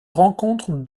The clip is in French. rencontre